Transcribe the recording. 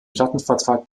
plattenvertrag